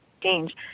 change